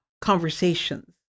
conversations